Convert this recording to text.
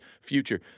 future